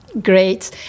Great